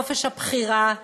חופש הבחירה,